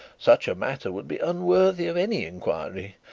such a matter would be unworthy of any inquiry,